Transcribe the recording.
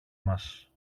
μας